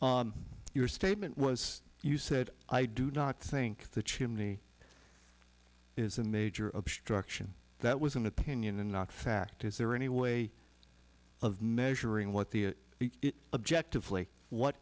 your statement was you said i do not think the chimney is a major obstruction that was an opinion and not fact is there any way of measuring what the be objectively what